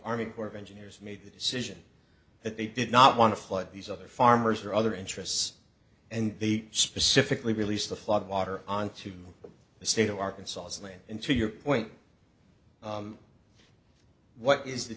army corps of engineers made the decision that they did not want to flood these other farmers or other interests and the specifically released the flood water onto the state of arkansas and then into your point what is the